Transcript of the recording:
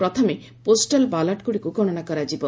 ପ୍ରଥମେ ପୋଷ୍ଟାଲ୍ ବାଲାଟଗୁଡ଼ିକୁ ଗଣନା କରାଯିବ